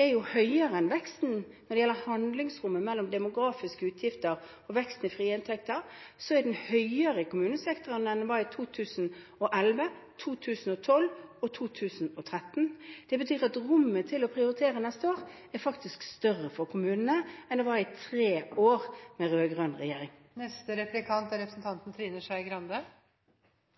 er høyere enn veksten når det gjelder handlingsrommet mellom demografiske utgifter og veksten i de frie inntektene. Denne veksten er nå høyere i kommunesektoren enn den var i 2011, 2012 og 2013. Det betyr at rommet til å prioritere neste år faktisk er større for kommunene enn det var i tre år med rød-grønn regjering.